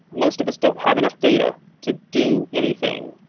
most of us don't have enough data to do anything.